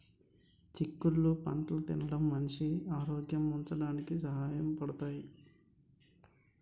చిక్కుళ్ళు పంటలు తినడం మనిషి ఆరోగ్యంగా ఉంచడానికి సహాయ పడతాయి